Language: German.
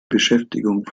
beschäftigung